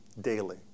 Daily